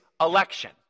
election